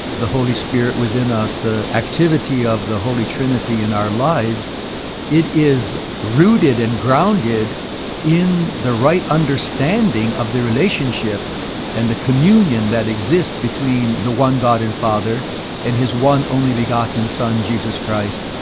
the holy spirit within us, the activity of the holy trinity in our lives it is rooted and grounded in the right understanding of the relationship and the communion that exists between the one god and father and his one, only-begotten son, jesus jesus christ,